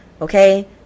Okay